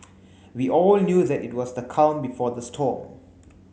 we all knew that it was the calm before the storm